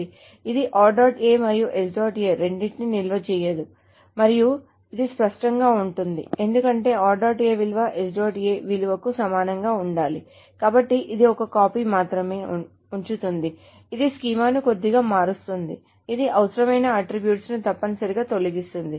ఇది మరియు రెండింటినీ నిల్వ చేయదు మరియు ఇది స్పష్టంగా ఉంటుంది ఎందుకంటే విలువ విలువకు సమానంగా ఉండాలి కాబట్టి ఇది ఒక కాపీని మాత్రమే ఉంచుతుంది ఇది స్కీమాను కొద్దిగా మారుస్తుంది ఇది అనవసరమైన అట్ట్రిబ్యూట్ ని తప్పనిసరిగా తొలగిస్తుంది